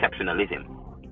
exceptionalism